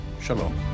Shalom